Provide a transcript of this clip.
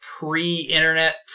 pre-internet